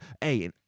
Hey